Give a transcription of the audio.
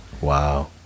Wow